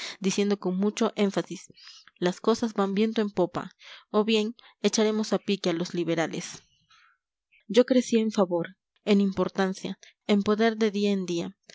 diciendo con mucho énfasis las cosas van viento en popa o bien echaremos a pique a los liberales yo crecía en favor en importancia en poder de día